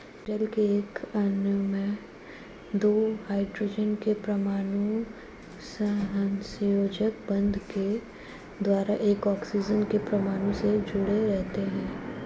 जल के एक अणु में दो हाइड्रोजन के परमाणु सहसंयोजक बंध के द्वारा एक ऑक्सीजन के परमाणु से जुडे़ रहते हैं